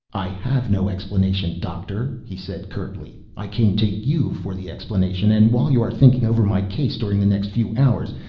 i have no explanation. doctor, he said curtly. i came to you for the explanation. and while you are thinking over my case during the next few hours,